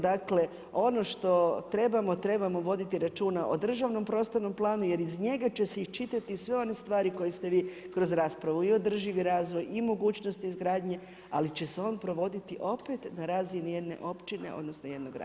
Dakle, ono trebamo, trebamo voditi računa o državnom prostornom planu jer iz njega će se iščitati sve one stvari koje ste vi kroz raspravu, i održivi razvoj i mogućnost izgradnje, ali će se on provoditi opet na razini jedne općine odnosno jednog grada.